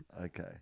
Okay